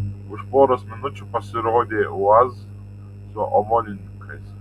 už poros minučių pasirodė uaz su omonininkais